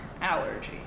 allergy